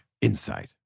insight